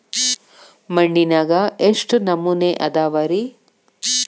ಮಣ್ಣಿನಾಗ ಎಷ್ಟು ನಮೂನೆ ಅದಾವ ರಿ?